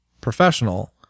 professional